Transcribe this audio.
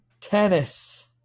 tennis